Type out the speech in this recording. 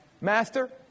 master